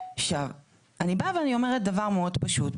אני באה ואומרת דבר מאוד פשוט.